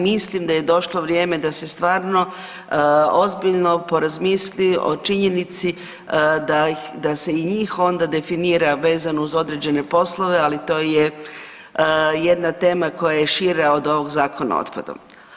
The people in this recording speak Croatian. Mislim da je došlo vrijeme da stvarno ozbiljno porazmisli o činjenici da se i njih onda definira vezano uz određene poslove, ali to je jedna tema koja je šira od ovog Zakona o otpadu.